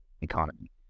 economy